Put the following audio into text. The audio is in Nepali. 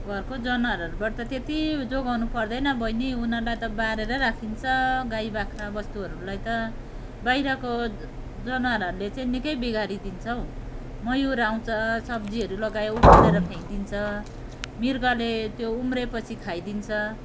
घरको जनावरहरूबाट त त्यति जोगाउनु पर्दैन बहिनी उनीहरूलाई त बारेर राखिन्छ गाई बाख्रा बस्तुहरूलाई त बाहिरको जन जनावरहरूले चाहिँ निकै बिगारिदिन्छ हौ मयुर आउँछ सब्जीहरू लगायो उखालेर फ्याँक्दिन्छ मृगले त्यो उम्रेपछि खाइदिन्छ